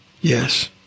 Yes